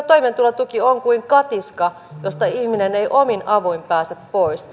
toimeentulotuki on kuin katiska josta ihminen ei omin avuin pääse pois